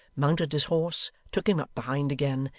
mounted his horse, took him up behind again,